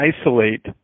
isolate